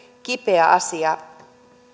kipeä asia